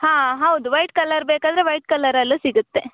ಹಾಂ ಹೌದು white colour ಬೇಕಾದರೆ ವೈಟ್ ಕಲರಲ್ಲೂ ಸಿಗುತ್ತೆ